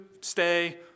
stay